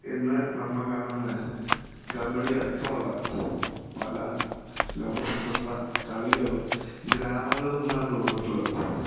ഇന്ന് നമ്മള് കാണുന്ന കബഡി അടക്കമുള്ള പല ലോക പ്രശസ്ത കളികളും ഗ്രാമങ്ങളിൽ നിന്നാണ് രൂപപ്പെട്ടിട്ടുള്ളത്